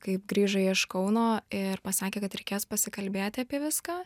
kaip grįžo jie iš kauno ir pasakė kad reikės pasikalbėti apie viską